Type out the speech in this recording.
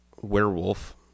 werewolf